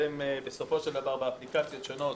אתם בסופו של דבר, באפליקציות שונות,